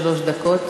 שלוש דקות.